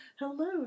Hello